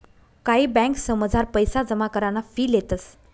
कायी ब्यांकसमझार पैसा जमा कराना फी लेतंस